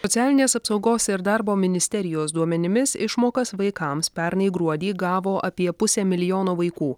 socialinės apsaugos ir darbo ministerijos duomenimis išmokas vaikams pernai gruodį gavo apie pusė milijono vaikų